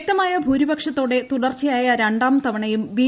വൃക്തമായ ഭൂരിപക്ഷത്തോളട്ട് തുടർച്ചയായ രണ്ടാം തവണയും ബി